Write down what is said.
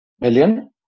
million